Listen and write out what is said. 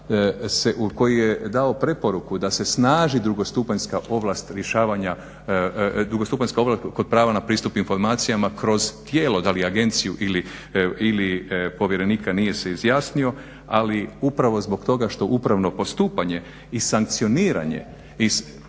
koji je dao preporuku da se snaži drugostupanjska ovlast rješavanja, drugostupanjska ovlast kod prava na pristup informacijama kroz tijelo, da li agenciju ili povjerenika nije se izjasnio, ali upravo zbog toga što upravno postupanje i sankcioniranje, i